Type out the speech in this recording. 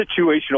situational